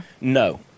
No